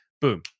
Boom